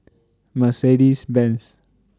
Mercedes Benz